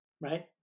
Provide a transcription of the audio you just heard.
right